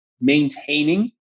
maintaining